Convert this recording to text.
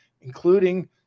including